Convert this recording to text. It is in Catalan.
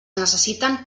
necessiten